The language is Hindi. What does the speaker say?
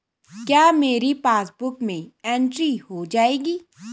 क्या मेरी पासबुक में एंट्री हो जाएगी?